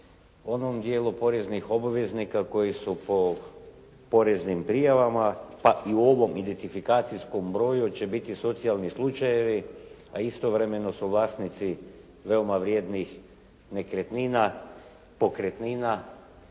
onom dijelu poreznih obveznika koji su po poreznim prijavama pa i u ovom identifikacijskom broju će biti socijalni slučajevi, a istovremeno su vlasnici veoma vrijednih nekretnina, pokretnina,